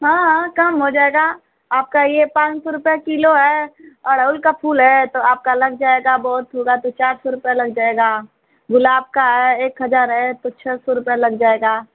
हाँ हाँ कम हो जाएगा आपका यह पाँच सौ रुपये किलो है अड़हुल का फूल है तो आपका लग जाएगा बहुत होगा तो चार सौ रुपये लग जाएगा गुलाब का है एक हज़ार है तो छः सौ रुपये लग जाएगा